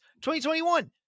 2021